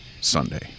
Sunday